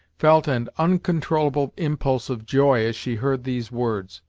felt an uncontrollable impulse of joy as she heard these words.